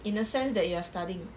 in a sense that you are studying